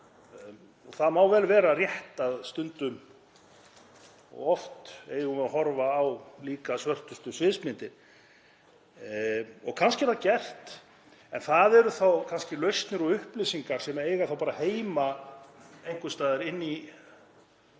Það má vel vera rétt að stundum og oft eigum við líka að horfa á svörtustu sviðsmyndir, og kannski er það gert. En það eru þá kannski lausnir og upplýsingar sem eiga heima einhvers staðar inni á